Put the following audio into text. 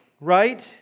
right